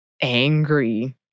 angry